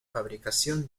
fabricación